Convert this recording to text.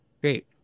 Great